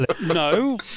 no